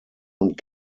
und